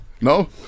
no